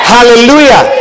Hallelujah